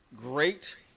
great